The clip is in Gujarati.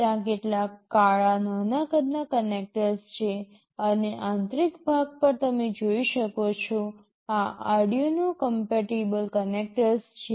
ત્યાં કેટલાક કાળા નાના કદના કનેક્ટર્સ છે અને આંતરિક ભાગ પર તમે જોઈ શકો છો આ Arduino કમ્પેટિબલ કનેક્ટર્સ છે